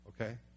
Okay